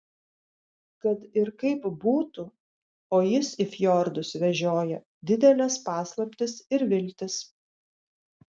kad ir kaip būtų o jis į fjordus vežioja dideles paslaptis ir viltis